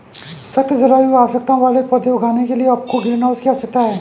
सख्त जलवायु आवश्यकताओं वाले पौधे उगाने के लिए आपको ग्रीनहाउस की आवश्यकता है